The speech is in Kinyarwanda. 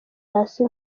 hasi